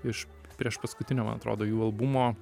iš priešpaskutinio man atrodo jų albumo